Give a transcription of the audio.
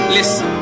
Listen